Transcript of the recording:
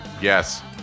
Yes